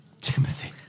Timothy